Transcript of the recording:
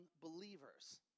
believers